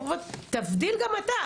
תבדיל גם אתה,